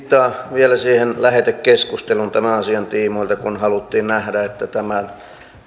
vielä siihen lähetekeskusteluun tämän asian tiimoilta kun haluttiin nähdä että